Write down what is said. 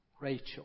Rachel